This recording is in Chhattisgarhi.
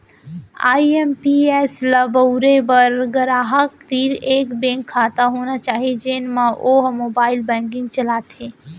आई.एम.पी.एस ल बउरे बर गराहक तीर एक बेंक खाता होना चाही जेन म वो ह मोबाइल बेंकिंग चलाथे